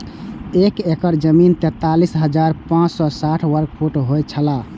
एक एकड़ जमीन तैंतालीस हजार पांच सौ साठ वर्ग फुट होय छला